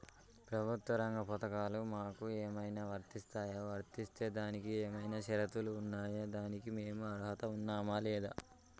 ప్రభుత్వ రంగ పథకాలు మాకు ఏమైనా వర్తిస్తాయా? వర్తిస్తే దానికి ఏమైనా షరతులు ఉన్నాయా? దానికి మేము అర్హత ఉన్నామా లేదా?